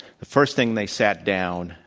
the first thing they sat down,